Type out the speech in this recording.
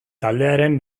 taldearen